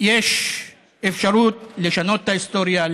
יש אפשרות לשנות את ההיסטוריה,